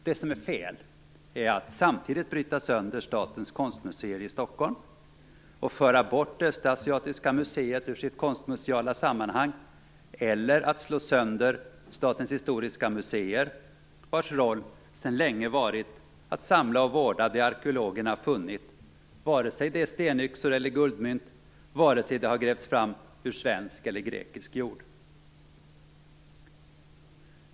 Det som är fel är att samtidigt bryta sönder Statens Konstmuseer i Stockholm och föra bort Östasiatiska museet ur sitt konstmuseala sammanhang eller att slå sönder Statens historiska museer, vars roll sedan länge varit att samla och vårda det arkeologerna funnit, vare sig det är stenyxor eller guldmynt, vare sig det har grävts fram ur svensk eller grekisk jord.